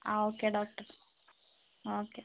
ആ okay doctor okay